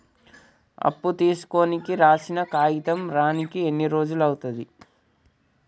అప్పు తీసుకోనికి రాసిన కాగితం రానీకి ఎన్ని రోజులు అవుతది?